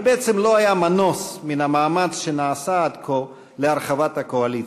ובעצם לא היה מנוס מן המאמץ שנעשה עד כה להרחבת הקואליציה.